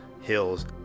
hills